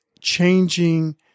changing